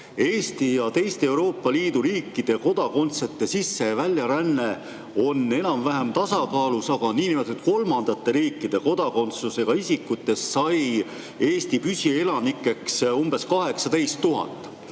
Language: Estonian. Eesti ja teiste Euroopa Liidu riikide kodakondsusega inimeste sisse‑ ja väljaränne on enam-vähem tasakaalus, aga niinimetatud kolmandate riikide kodakondsusega isikutest sai Eesti püsielanikeks umbes 18 000,